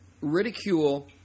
ridicule